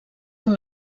una